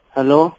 Hello